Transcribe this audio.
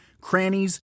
crannies